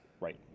Right